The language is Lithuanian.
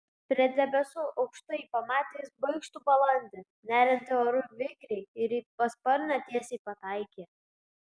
prie debesų aukštai pamatė jis baikštų balandį neriantį oru vikriai ir į pasparnę tiesiai pataikė